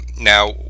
Now